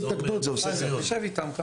אנחנו נשב איתם.